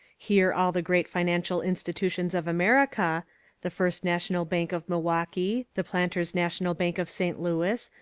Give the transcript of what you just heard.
here all the great financial institutions of america the first national bank of milwaukee, the planters national bank of st. louis,